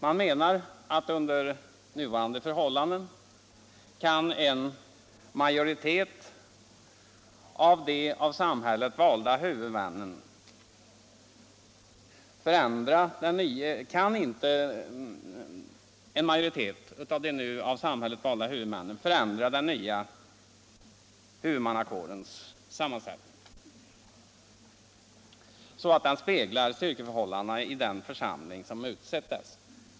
Man menar att under nuvarande förhållanden en majoritet av de av samhället valda huvudmännen inte kan förändra den nya huvudmannakårens sammansättning så att den speglar styrkeförhållandet i den församling som utsett dem.